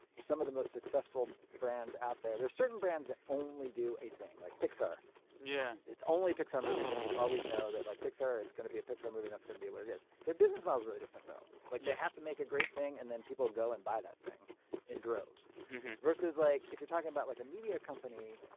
some of the most successful brands out there. there are certain brands that only do a thing, like pixar yeah it's only pixar movies. and you always know that, like, pixar, it's going to be a pixar movie and that's going to be what it is. their business model's really different though. like, yeah they have to make a great thing and then people go and buy that thing in droves versus, like, if you're talking about, like, a media company,